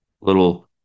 little